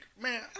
Man